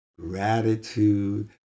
gratitude